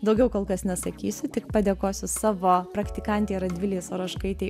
daugiau kol kas nesakysiu tik padėkosiu savo praktikantei radvilei saročkaitei